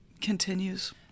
continues